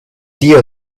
dio